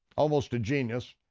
almost a genius,